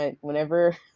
whenever